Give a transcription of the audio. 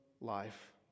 life